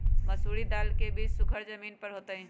मसूरी दाल के बीज सुखर जमीन पर होतई?